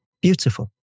beautiful